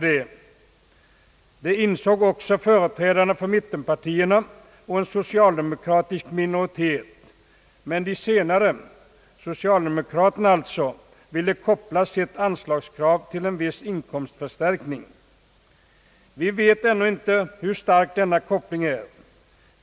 Det insåg också företrädarna för mittenpartierna och en socialdemokratisk minoritet, men de senare — socialdemokraterna alltså — ville koppla sitt anslagskrav till en viss inkomstförstärkning. Vi vet ännu inte hur stark denna koppling är.